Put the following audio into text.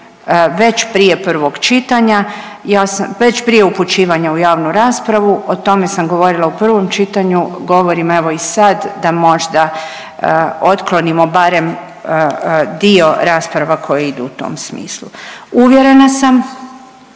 već prije upućivanja u javnu raspravu, o tome sam govorila u prvom čitanju govorim evo i sad da možda otklonimo barem dio rasprava koje idu u tom smislu. Uvjerena sam